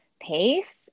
pace